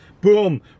Boom